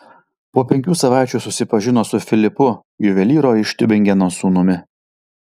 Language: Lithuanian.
po penkių savaičių susipažino su filipu juvelyro iš tiubingeno sūnumi